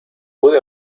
pude